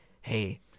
hey